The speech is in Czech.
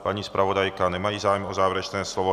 Paní zpravodajka nemají zájem o závěrečné slovo.